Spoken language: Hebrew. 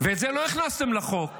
ואת זה לא הכנסתם לחוק,